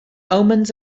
omens